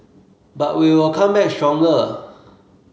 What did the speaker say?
but we will come back stronger